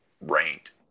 ranked